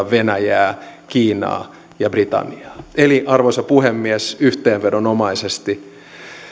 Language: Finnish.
venäjään kiinaan ja britanniaan eli arvoisa puhemies yhteenvedonomaisesti